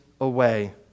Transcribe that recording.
away